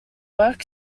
work